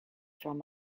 from